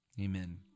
Amen